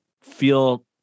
feel